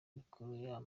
amikoro